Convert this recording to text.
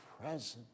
present